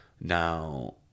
Now